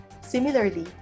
Similarly